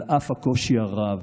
על אף הקושי הרב.